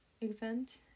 event